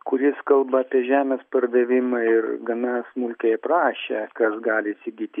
kuris kalba apie žemės pardavimą ir gana smulkiai aprašė kas gali įsigyti